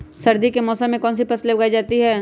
सर्दी के मौसम में कौन सी फसल उगाई जाती है?